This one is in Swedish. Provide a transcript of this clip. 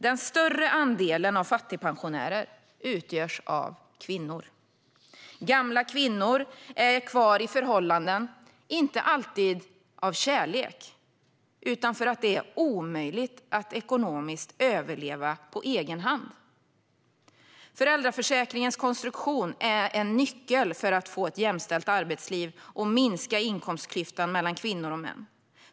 Den större andelen av fattigpensionärer utgörs av kvinnor. Gamla kvinnor är kvar i förhållanden, inte alltid av kärlek, utan för att det är omöjligt att överleva ekonomiskt på egen hand. Föräldraförsäkringens konstruktion är en nyckel för att få ett jämställt arbetsliv och minska inkomstklyftan mellan kvinnor och män.